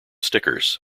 stickers